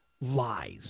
lies